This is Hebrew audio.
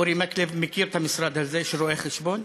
אורי מקלב מכיר את המשרד הזה של רואי-החשבון.